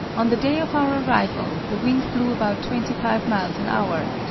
on the day of our arrival the wind blew about twenty five miles an hour,